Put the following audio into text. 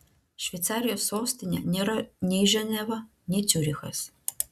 šveicarijos sostinė nėra nei ženeva nei ciurichas